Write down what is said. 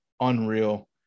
unreal